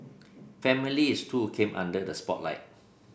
families too came under the spotlight